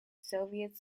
soviet